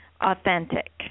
authentic